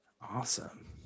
Awesome